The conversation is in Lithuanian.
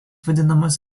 vadinamas